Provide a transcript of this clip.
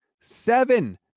Seven